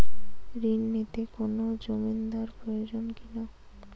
ঋণ নিতে কোনো জমিন্দার প্রয়োজন কি না?